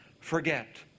forget